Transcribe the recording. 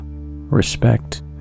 respect